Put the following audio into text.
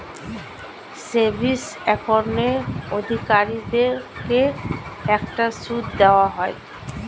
savings অ্যাকাউন্টের অধিকারীদেরকে একটা সুদ দেওয়া হয়